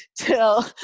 till